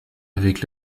avec